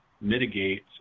mitigate